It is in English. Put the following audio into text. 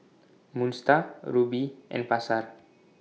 Moon STAR Rubi and Pasar